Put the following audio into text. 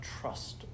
trust